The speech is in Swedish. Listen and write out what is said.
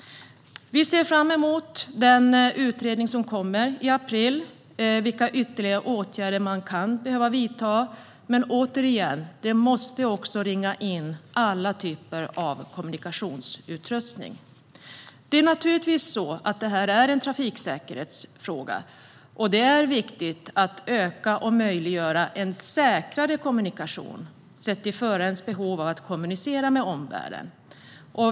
Vi ser fram emot den utredning som ska läggas fram i april och vilka ytterligare åtgärder man kan behöva vidta. Men jag säger återigen att man måste ringa in alla typer av kommunikationsutrustning. Naturligtvis är det här en trafiksäkerhetsfråga. Det är viktigt att göra det möjligt att få en säkrare kommunikation sett till förarens behov av att kommunicera med omvärlden.